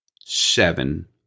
seven